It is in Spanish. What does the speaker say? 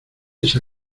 esa